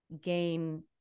gain